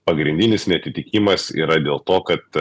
pagrindinis neatitikimas yra dėl to kad